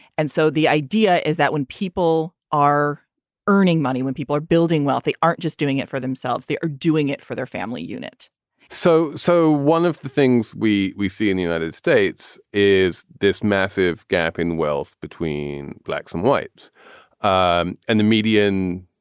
and so the idea is that when people are earning money, when people are building wealth, they aren't just doing it for themselves. they are doing it for their family unit so so one of the things we we see in the united states is this massive gap in wealth between blacks and whites um and the median.